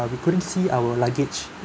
we couldn't see our luggage